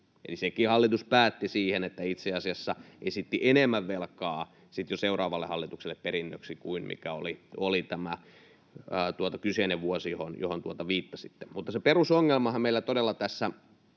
Eli sekin hallitus päätti siihen, että itse asiassa esitti seuraavalle hallitukselle perinnöksi jo enemmän velkaa kuin mikä oli tämä kyseinen vuosi, johon viittasitte. Se perusongelmahan meillä todella tässä